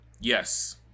Yes